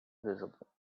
visible